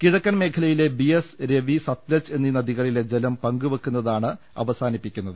കിഴക്കൻ മേഖലയിലെ ബിയസ് രവി സത് ലജ് എന്നീ നദികളിലെ ജലം പങ്കുവയ്ക്കുന്നതാണ് അവസാനിപ്പിക്കുന്നത്